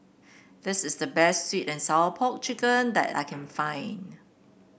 this is the best sweet and Sour Pork chicken that I can find